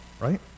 right